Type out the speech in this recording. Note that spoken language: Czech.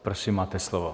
Prosím, máte slovo.